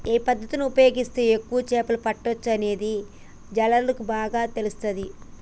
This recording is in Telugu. ఏ పద్దతి ఉపయోగిస్తే ఎక్కువ చేపలు పట్టొచ్చనేది జాలర్లకు బాగా తెలుస్తది